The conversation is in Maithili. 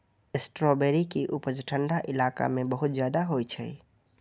स्ट्राबेरी के उपज ठंढा इलाका मे बहुत ज्यादा होइ छै